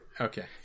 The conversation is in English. Okay